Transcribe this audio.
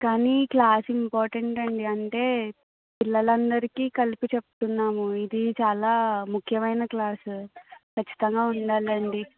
కానీ class important అండి అంటే పిల్లలందరికీ కలిపి చెప్తున్నాము ఇది చాలా ముఖ్యమైన క్లాసు కచ్చితంగా ఉండాలండి